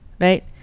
right